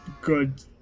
good